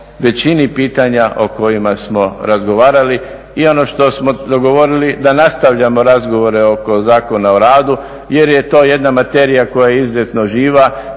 većini pitanja o kojima smo razgovarali. I ono što smo dogovorili da nastavljamo razgovore oko Zakona o radu, jer je to jedna materija koja je izuzetno živa,